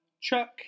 Chuck